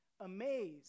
amazed